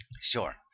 Sure